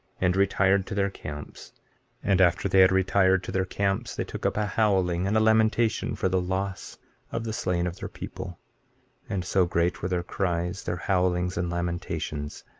and retired to their camps and after they had retired to their camps they took up a howling and a lamentation for the loss of the slain of their people and so great were their cries, their howlings and lamentations,